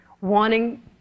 wanting